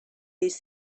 these